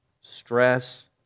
stress